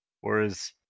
whereas